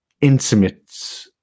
intimate